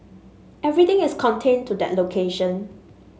everything is contained to that location